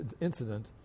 incident